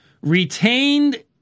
Retained